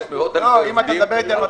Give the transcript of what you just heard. אם אני לא טועה.